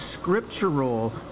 scriptural